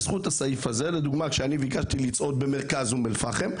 בזכות הסעיף הזה לדוגמה כשאני ביקשתי לצעוד במרכז אום אל פאחם,